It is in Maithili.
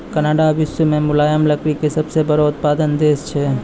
कनाडा विश्व मॅ मुलायम लकड़ी के सबसॅ बड़ो उत्पादक देश छै